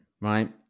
right